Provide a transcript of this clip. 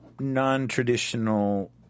non-traditional